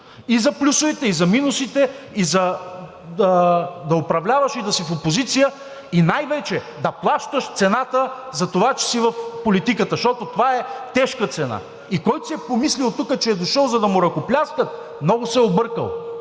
и за плюсовете, и за минусите, и да управляваш, и да си в опозиция, и най-вече да плащаш цената за това, че си в политиката, защото това е тежка цена. И който си е помислил тук, че е дошъл, за да му ръкопляскат, много се е объркал.